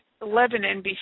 Lebanon